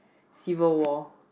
Civil-War